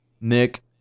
Nick